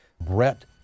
Brett